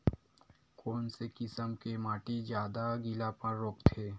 कोन से किसम के माटी ज्यादा गीलापन रोकथे?